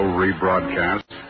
rebroadcast